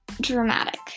dramatic